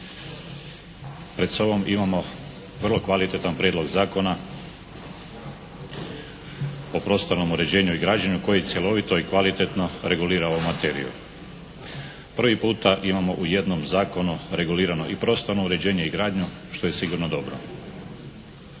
Pred sobom imamo vrlo kvalitetan Prijedlog zakona o prostornom uređenju i građenju koji cjelovito i kvalitetno regulira ovu materiju. Prvi puta imamo u jednom zakonu regulirano i prostorno uređenje i gradnju što je sigurno dobro.